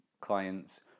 clients